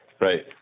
right